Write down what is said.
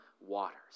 waters